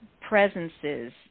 presences